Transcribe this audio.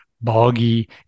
boggy